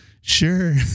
Sure